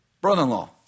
brother-in-law